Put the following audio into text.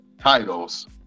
titles